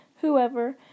whoever